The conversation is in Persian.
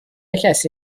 کسی